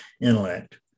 intellect